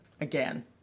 again